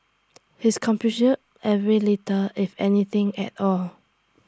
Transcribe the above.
his every little if anything at all